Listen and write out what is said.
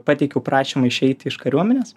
pateikiau prašymą išeiti iš kariuomenės